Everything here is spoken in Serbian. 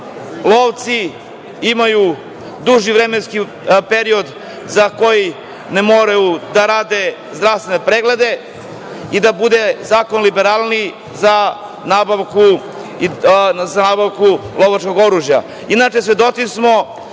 lovci imaju duži vremenski period za koji ne moraju da rade zdravstvene preglede i da bude zakon liberalniji za nabavku lovačkog oružja. Inače, svedoci smo